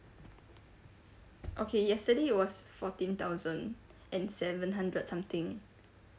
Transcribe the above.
okay yesterday it was fourteen thousand and seven hundred something